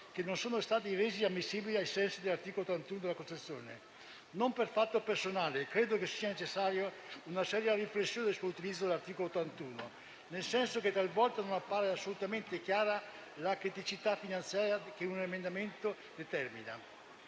che non sono stati resi ammissibili ai sensi dell'art. 81 della Costituzione. Non per fatto personale, credo che sia necessaria una seria riflessione sull'utilizzo dell'articolo 81, nel senso che talvolta non appare assolutamente chiara la criticità finanziaria che un emendamento determina.